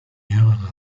mehrere